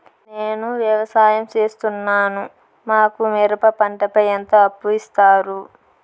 నేను వ్యవసాయం సేస్తున్నాను, మాకు మిరప పంటపై ఎంత అప్పు ఇస్తారు